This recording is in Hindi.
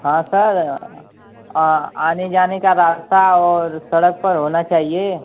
हाँ सर आने जाने का रास्ता और सड़क पर होना चाहिए